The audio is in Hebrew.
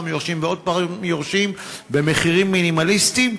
יורשים ועוד פעם יורשים במחירים מינימליים,